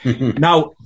Now